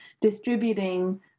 distributing